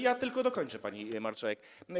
Ja tylko dokończę, pani marszałek.